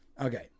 Okay